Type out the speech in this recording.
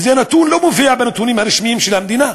וזה נתון שלא מופיע בנתונים הרשמיים של המדינה.